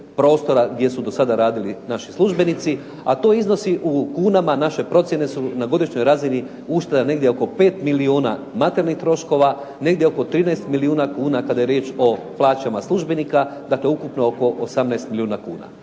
prostora gdje su do sada radili naši službenici, a to iznosi u kunama, naše procjene su na godišnjoj razini ušteda negdje oko 5 milijuna materijalnih troškova. Negdje oko 13 milijuna kuna kada je riječ o plaćama službenika. Dakle ukupno oko 18 milijuna kuna.